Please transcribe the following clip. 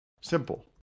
simple